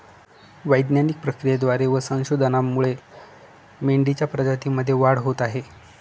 वैज्ञानिक प्रक्रियेद्वारे व संशोधनामुळे मेंढीच्या प्रजातीमध्ये वाढ होत आहे